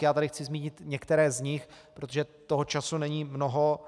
Já tady chci zmínit některé z nich, protože toho času není mnoho.